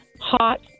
hot